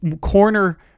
corner